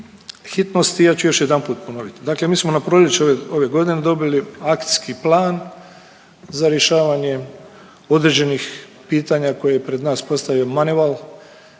hitnosti, ja ću još jedanput ponoviti. Dakle, mi smo na proljeće ove godine dobili akcijski plan za rješavanje određenih pitanja koje je pred nas postavio MONEYVAL